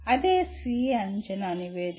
అదే స్వీయ అంచనా నివేదిక